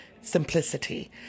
simplicity